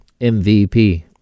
MVP